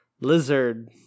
Lizard